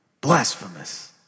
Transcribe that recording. Blasphemous